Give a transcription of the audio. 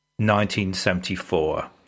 1974